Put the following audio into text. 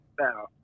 Now